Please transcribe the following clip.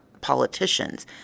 politicians